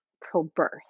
pro-birth